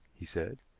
he said.